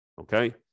Okay